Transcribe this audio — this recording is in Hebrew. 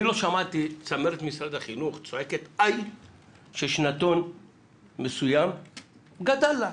אני לא שמעתי את צמרת משרד החינוך צועקת איי כששנתון מסוים גדל לה.